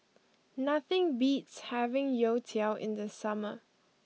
nothing beats having Youtiao in the summer